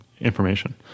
information